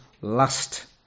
last